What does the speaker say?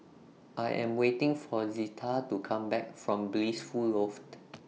I Am waiting For Zita to Come Back from Blissful Loft